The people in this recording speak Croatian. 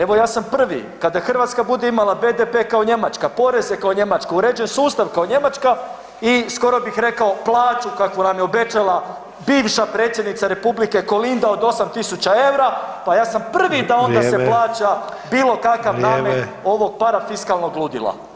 Evo ja sam prvi kada Hrvatska bude imala BDP kao Njemačka, poreze kao Njemačka, uređen sustav kao Njemačka i skoro bih rekao plaću kakvu nam je obećala bivša predsjednica republike Kolinda od 8.000 EUR-a pa ja sam prvi da onda se plaća [[Upadica: Vrijeme.]] bilo kakav namet [[Upadica: Vrijeme.]] ovog parafiskalnog ludila.